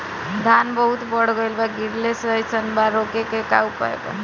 धान बहुत बढ़ गईल बा गिरले जईसन बा रोके क का उपाय बा?